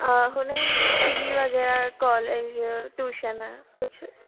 हुनजी फी वग़ैरह college tuition कुझु